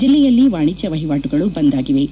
ಜಿಲ್ಲೆಯಲ್ಲಿ ವಾಣಿಜ್ಯ ವಹಿವಾಟುಗಳು ಬಂದ್ ಆಗಿವೆ